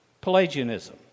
Pelagianism